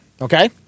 Okay